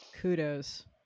Kudos